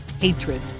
hatred